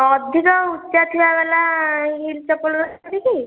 ଆଉ ଅଧିକ ଉଚ୍ଚା ଥିଲା ବାଲା ହିଲ ଚପଲ ରଖିଛନ୍ତି କି